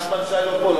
מדינת ישראל כל